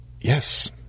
yes